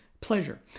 pleasure